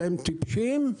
אתם טיפשים?